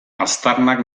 aztarnak